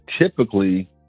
typically